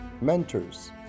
mentors